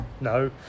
No